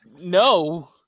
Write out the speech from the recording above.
no